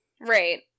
Right